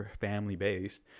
family-based